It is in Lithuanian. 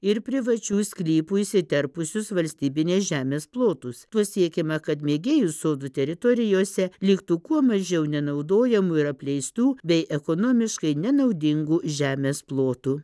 ir privačių sklypų įsiterpusius valstybinės žemės plotus tuo siekiama kad mėgėjų sodų teritorijose liktų kuo mažiau nenaudojamų ir apleistų bei ekonomiškai nenaudingų žemės plotų